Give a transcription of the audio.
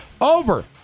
Over